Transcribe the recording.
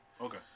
Okay